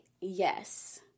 yes